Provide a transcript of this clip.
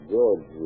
George